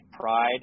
pride